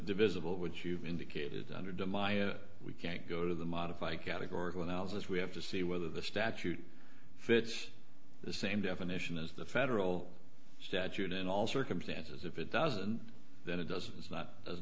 divisible which you've indicated under de my we can't go to the modify categorical analysis we have to see whether the statute fits the same definition as the federal statute in all circumstances if it doesn't then it doesn't it's not a